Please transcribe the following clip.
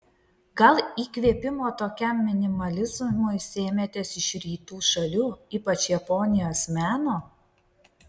gal įkvėpimo tokiam minimalizmui sėmėtės iš rytų šalių ypač japonijos meno